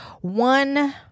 one